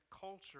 culture